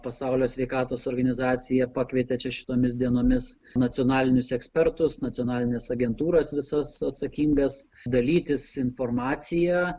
pasaulio sveikatos organizacija pakvietė čia šitomis dienomis nacionalinius ekspertus nacionalines agentūras visas atsakingas dalytis informacija